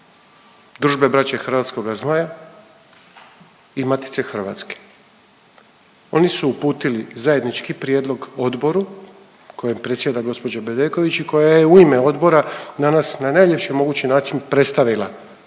Družbe Braće Hrvatskoga Zmaja i Matice Hrvatske. Oni su uputili zajednički prijedlog odboru kojem predsjeda gđa. Bedeković i koja je u ime odbora danas na najljepši mogući način predstavila